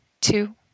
two